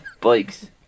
Bikes